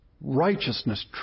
righteousness